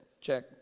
check